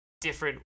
different